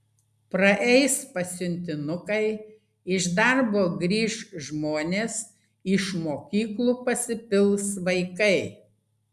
praeis pasiuntinukai iš darbo grįš žmonės iš mokyklų pasipils vaikai